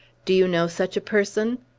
do you know such a person?